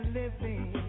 living